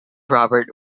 robert